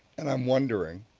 and i'm wondering